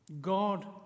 God